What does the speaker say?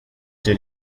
did